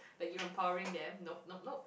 like you're empowering them nope nope nope